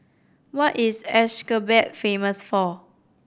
what is Ashgabat famous for